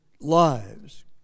lives